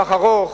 לטווח ארוך.